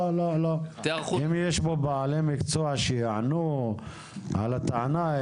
אם יש פה בעלי מקצוע שיענו על הטענה,